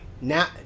now